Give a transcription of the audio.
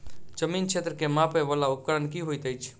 जमीन क्षेत्र केँ मापय वला उपकरण की होइत अछि?